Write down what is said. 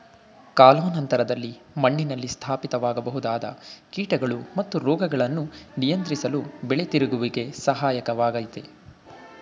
ಕಾಲಾನಂತರದಲ್ಲಿ ಮಣ್ಣಿನಲ್ಲಿ ಸ್ಥಾಪಿತವಾಗಬಹುದಾದ ಕೀಟಗಳು ಮತ್ತು ರೋಗಗಳನ್ನು ನಿಯಂತ್ರಿಸಲು ಬೆಳೆ ತಿರುಗುವಿಕೆ ಸಹಾಯಕ ವಾಗಯ್ತೆ